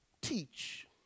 Teach